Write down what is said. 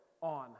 on